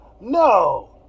No